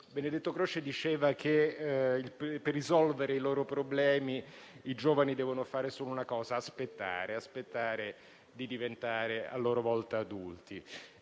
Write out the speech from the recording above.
Benedetto Croce diceva che per risolvere i loro problemi i giovani devono fare solo una cosa: aspettare. Aspettare di diventare, a loro volta, adulti.